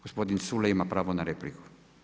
Gospodin Culej ima pravo na repliku.